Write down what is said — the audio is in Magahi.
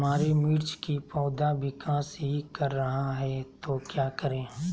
हमारे मिर्च कि पौधा विकास ही कर रहा है तो क्या करे?